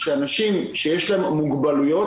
שאנשים שיש להם מוגבלויות,